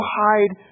hide